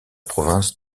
province